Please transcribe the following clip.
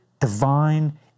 divine